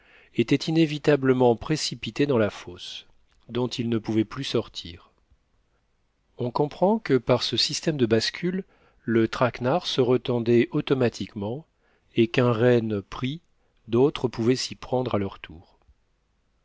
était inévitablement précipité dans la fosse dont il ne pouvait plus sortir on comprend que par ce système de bascule le traquenard se retendait automatiquement et qu'un renne pris d'autres pouvaient s'y prendre à leur tour